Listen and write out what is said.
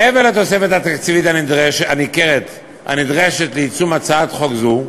מעבר לתוספת התקציבית הניכרת הנדרשת ליישום הצעת חוק זו,